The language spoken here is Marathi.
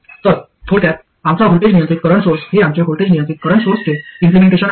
तर थोडक्यात आमचा व्होल्टेज नियंत्रित करंट सोर्स हे आमचे व्होल्टेज नियंत्रित करंट सोर्सचे इम्प्लिमेंटेशन आहे